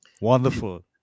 Wonderful